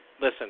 Listen